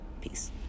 Peace